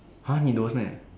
!huh! he don't meh